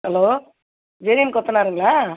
hello J M கொத்தனாருங்களா